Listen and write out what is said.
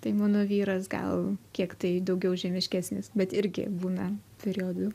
tai mano vyras gal kiek tai daugiau žemiškesnis bet irgi būna periodų